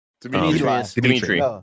Dimitri